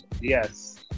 Yes